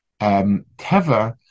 Teva